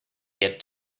yet